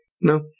No